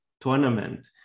tournament